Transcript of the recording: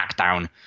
smackdown